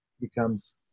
becomes